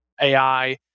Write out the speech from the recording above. AI